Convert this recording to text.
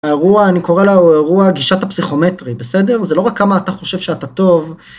האירוע... אני קורא לו "אירוע גישת הפסיכומטרי" בסדר? זה לא רק כמה אתה חושב שאתה טוב ...